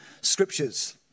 scriptures